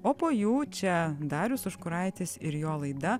o po jų čia darius užkuraitis ir jo laida